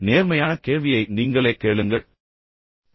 நேர்மையான கேள்வியை உங்களுக்கு நீங்களே கேட்டுக்கொள்ளுங்கள்